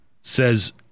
says